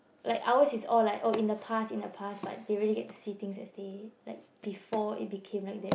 like ours is all like oh in the past in the past but they really get to see things as they like before it became like that